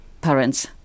parents